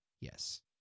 Yes